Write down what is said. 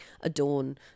adorn